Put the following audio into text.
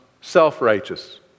self-righteous